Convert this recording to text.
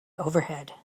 overhead